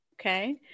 Okay